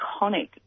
iconic